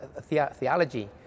theology